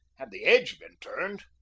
had the edge been turned,